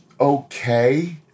okay